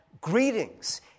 greetings